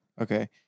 Okay